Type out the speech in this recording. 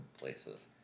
places